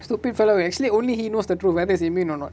stupid fellow actually only he knows the truth whether it's immune or not